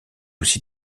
aussi